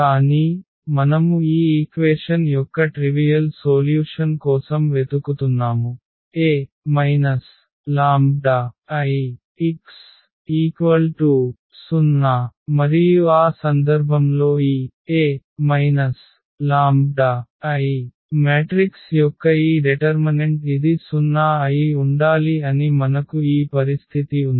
కానీ మనము ఈ ఈక్వేషన్ యొక్క ట్రివియల్ సోల్యూషన్ కోసం వెతుకుతున్నాము A λIx0 మరియు ఆ సందర్భంలో ఈ A λI మ్యాట్రిక్స్ యొక్క ఈ డెటర్మనెంట్ ఇది 0 అయి ఉండాలి అని మనకు ఈ పరిస్థితి ఉంది